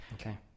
Okay